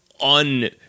un